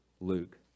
Luke